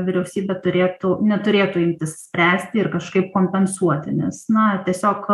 vyriausybė turėtų neturėtų imtis spręsti ir kažkaip kompensuoti nes na tiesiog